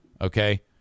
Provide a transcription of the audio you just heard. okay